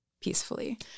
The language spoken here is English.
peacefully